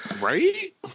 Right